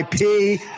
IP